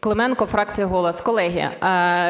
Клименко, фракція "Голос". Колеги,